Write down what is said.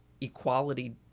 equality